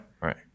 right